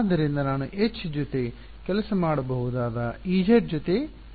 ಆದ್ದರಿಂದ ನಾನು H ಜೊತೆ ಕೆಲಸ ಮಾಡಬಹುದಾದ Ez ಜೊತೆ ಕೆಲಸ ಮಾಡಬೇಕಾಗಿಲ್ಲ